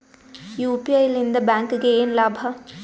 UPI ಲಿಂದ ಬ್ಯಾಂಕ್ಗೆ ಏನ್ ಲಾಭ?